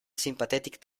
sympathetic